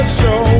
show